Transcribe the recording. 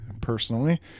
personally